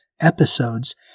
episodes